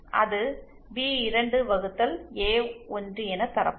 அது பி2 வகுத்தல் ஏ1 என தரப்படும்